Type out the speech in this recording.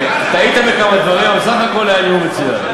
טעית בכמה דברים, אבל סך הכול היה נאום מצוין.